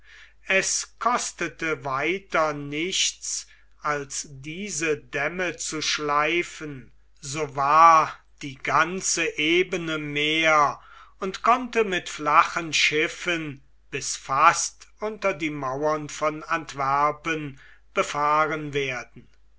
es kostete weiter nichts als diese dämme zu schleifen so war die ganze ebene meer und konnte mit flachen schiffen bis fast unter die mauern von antwerpen befahren werden